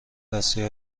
دستی